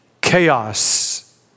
chaos